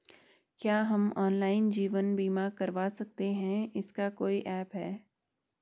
क्या हम ऑनलाइन जीवन बीमा करवा सकते हैं इसका कोई ऐप है?